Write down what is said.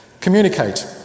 Communicate